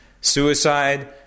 Suicide